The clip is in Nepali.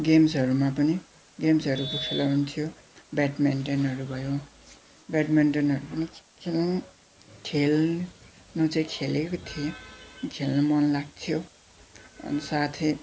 गेम्सहरूमा पनि गेम्सहरूको खेला हुन्थ्यो ब्याडमिन्टनहरू भयो ब्याडमिन्टनहरू पनि खेल्नु खेल्नु चाहिँ खेलेको थिएँ खेल्नु मन लाग्थ्यो अनि साथै